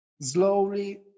slowly